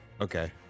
Okay